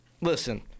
listen